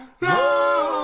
love